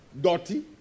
Dirty